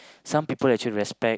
some people actually respect